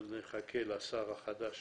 אבל נחכה לשר החדש